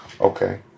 Okay